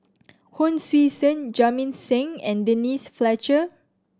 Hon Sui Sen Jamit Singh and Denise Fletcher